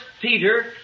Peter